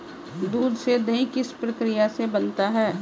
दूध से दही किस प्रक्रिया से बनता है?